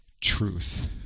truth